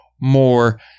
more